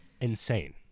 insane